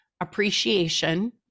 appreciation